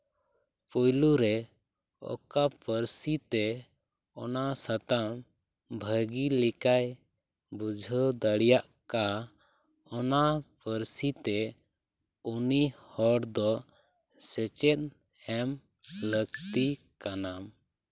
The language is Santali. ᱯᱳᱭᱞᱳ ᱨᱮ ᱚᱠᱟ ᱯᱟᱹᱨᱥᱤᱛᱮ ᱚᱱᱟ ᱥᱟᱛᱟᱢ ᱵᱷᱟᱹᱜᱮ ᱞᱮᱠᱟᱭ ᱵᱩᱡᱷᱟᱹᱣ ᱫᱟᱲᱮᱭᱟᱜ ᱠᱟ ᱚᱱᱟ ᱯᱟᱹᱨᱥᱤᱛᱮ ᱩᱱᱤ ᱦᱚᱲᱫᱚ ᱥᱮᱪᱮᱫ ᱮᱢ ᱞᱟᱹᱠᱛᱤ ᱠᱟᱱᱟ